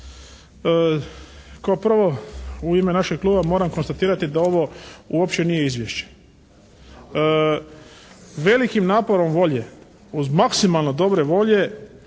Kao prvo u ime našeg kluba moram konstatirati da ovo uopće nije izvješće. Velikim naporom volje uz maksimalno dobre volje